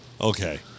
Okay